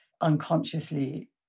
unconsciously